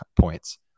points